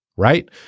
Right